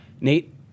Nate